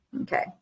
Okay